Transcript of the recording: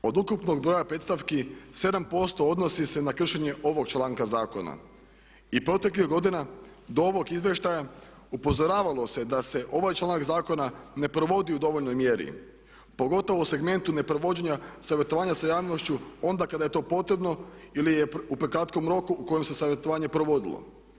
Od ukupnog broja predstavki 7% odnosi se na kršenje ovog članka zakona i proteklih godina do ovog izvještaja upozoravalo se da se ovaj članak zakona ne provodi u dovoljnoj mjeri pogotovo segmentu neprovođenja, savjetovanja sa javnošću onda kada je to potrebno ili je u prekratkom roku u kojem se savjetovanje provodilo.